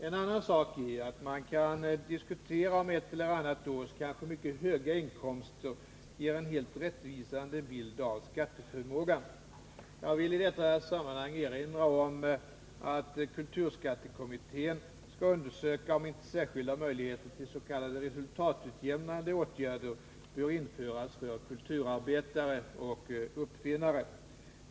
En annan sak är att man kan diskutera om ett eller annat års kanske mycket höga inkomster ger en helt rättvisande bild av skatteförmågan. Jag vill i detta sammanhang erinra om att kulturskattekommittén skall undersöka om inte särskilda möjligheter till s.k. resultatutjämnande åtgärder bör införas för kulturarbetare och uppfinnare.